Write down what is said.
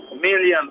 millions